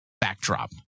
backdrop